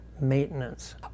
maintenance